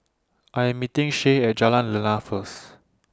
I Am meeting Shae At Jalan Lana First